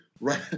right